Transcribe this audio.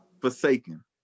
forsaken